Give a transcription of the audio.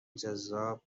جذاب